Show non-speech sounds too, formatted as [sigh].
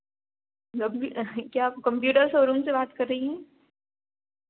[unintelligible] क्या आप computer showroom से बात कर रही हैं